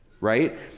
right